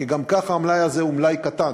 כי גם ככה המלאי הזה הוא מלאי קטן.